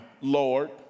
Lord